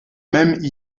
même